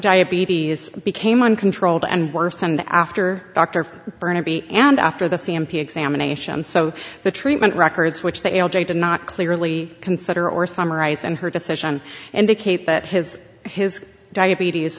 diabetes became uncontrolled and worsened after dr burnaby and after the c m p examination so the treatment records which the l j did not clearly consider or summarize and her decision indicate that his his diabetes